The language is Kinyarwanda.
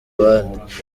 abandi